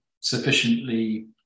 sufficiently